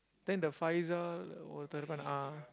then the Faizal what happen ah